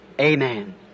amen